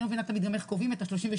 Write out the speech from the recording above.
אני לא מבינה תמיד גם איך קובעים את ה-38%,